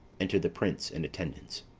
enter the prince and attendants.